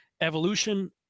evolution